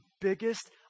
biggest